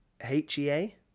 H-E-A